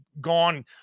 gone